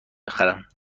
بخرم